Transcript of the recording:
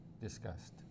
discussed